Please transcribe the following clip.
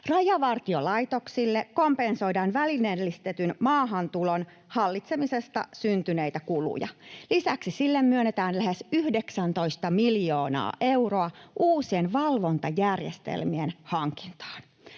Rajavartiolaitokselle kompensoidaan välineellistetyn maahantulon hallitsemisesta syntyneitä kuluja. Lisäksi sille myönnetään lähes 19 miljoonaa euroa uusien valvontajärjestelmien hankintaan.